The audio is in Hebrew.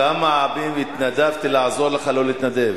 כמה פעמים התנדבתי לעזור לך לא להתנדב?